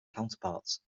counterparts